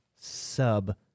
sub